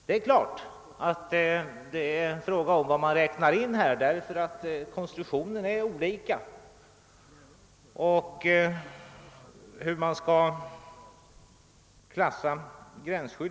| Det är klart att detta är en fråga om vad man skall räkna in, eftersom konstruktionen är olika i olika länder.